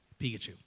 Pikachu